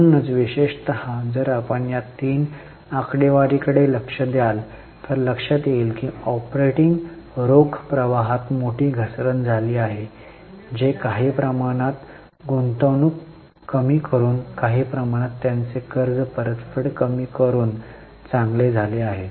म्हणून विशेषतः जर आपण या तीन आकडेवारी कडे लक्ष द्याल तर लक्षात येईल की ऑपरेटिंग रोख प्रवाहात मोठी घसरण झाली आहे जे काही प्रमाणात गुंतवणूक कमी करुन काही प्रमाणात त्यांचे कर्ज परतफेड कमी करून चांगले झाले आहे